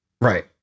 right